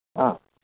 ആ